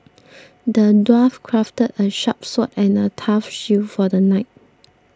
the dwarf crafted a sharp sword and a tough shield for the knight